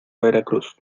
veracruz